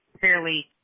fairly